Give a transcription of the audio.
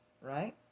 right